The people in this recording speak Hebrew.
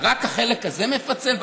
רק החלק הזה מפצל?